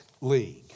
League